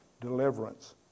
Deliverance